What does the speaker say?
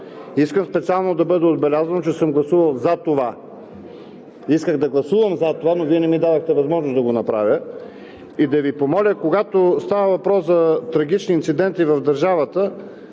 Искам специално да бъде отбелязано, че съм гласувал „за“ това. Исках да гласувам за това, но Вие не ми дадохте възможност да го направя. И да Ви помоля, когато става въпрос за трагични инциденти в държавата,